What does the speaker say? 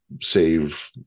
save